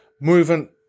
movement